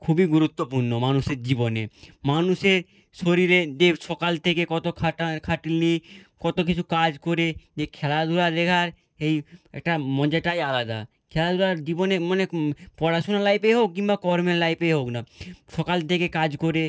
খুবই গুরুত্বপূর্ণ মানুষের জীবনে মানুষের শরীরে সকাল থেকে কত খাটাখাটনি কত কিছু কাজ করে যে খেলাধুলা দেখার এই একটা মজাটাই আলাদা খেলাধুলার জীবনে মানে পড়াশুনার লাইফে হোক কিংবা কর্মের লাইফেই হোক না সকাল থেকে কাজ করে